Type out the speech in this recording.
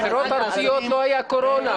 בבחירות הארציות לא היה קורונה.